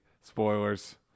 Spoilers